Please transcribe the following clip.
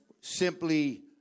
simply